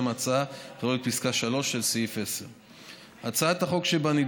מההצעה יכלול את פסקה (3) של סעיף 10. הצעת החוק שבנדון